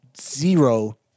zero